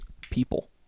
people